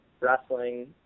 wrestling